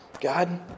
God